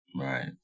Right